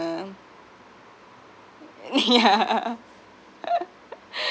yeah